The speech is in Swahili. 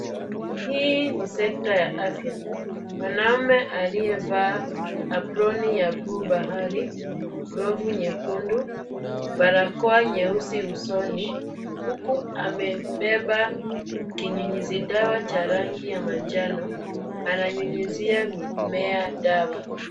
Hii ni sekta ya afya. Mwanaume aliyevaa aproni ya buluu bahari, glavu nyekundu, barakoa nyeusi usoni, huku amebeba kinyunyizi dawa cha rangi ya manjano. Ananyunyizia mimea dawa.